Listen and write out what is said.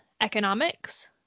economics